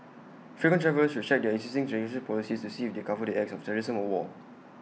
frequent travellers should check their existing insurance policies to see if they cover acts of terrorism or war